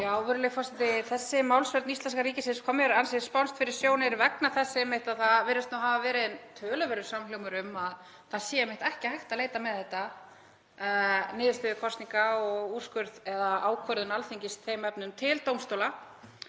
Virðulegi forseti. Þessi málsvörn íslenska ríkisins kom mér ansi spánskt fyrir sjónir vegna þess að það virðist hafa verið töluverður samhljómur um að það sé einmitt ekki hægt að leita með þetta, niðurstöðu kosninga og úrskurð eða ákvörðun Alþingis í þeim efnum, til dómstóla